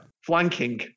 Flanking